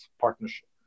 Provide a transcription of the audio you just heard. partnership